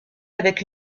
avec